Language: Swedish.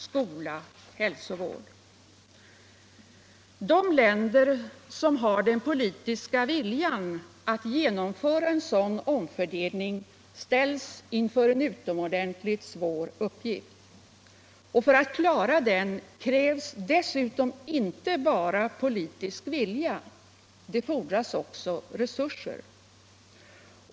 skola och hälsovård. De länder som har den politiska viljan att genomföra en sådan omfördelning ställs inför en utomordentligt svår uppgift. För att klara den krävs dessutom inte bara politisk vilja. Det fordras också resurser.